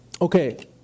Okay